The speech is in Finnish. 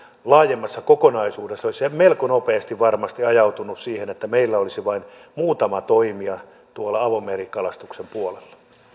laajemmassa kokonaisuudessa olisi melko nopeasti varmasti ajautunut siihen että meillä olisi vain muutama toimija tuolla avomerikalastuksen puolella herra